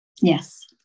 Yes